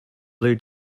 blue